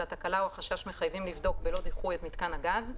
והתקלה או החשש מחייבים לבדוק בלא דיחוי את מיתקן הגז,